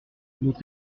notre